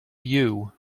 you